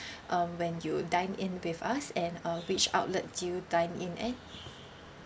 um when you dined in with us and uh which outlet did you dine in at